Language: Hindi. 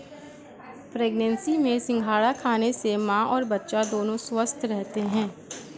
प्रेग्नेंसी में सिंघाड़ा खाने से मां और बच्चा दोनों स्वस्थ रहते है